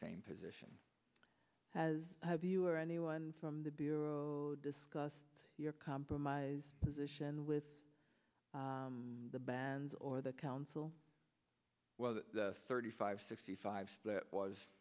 same position as have you or anyone from the bureau discuss your compromise position with the bands or the council thirty five sixty five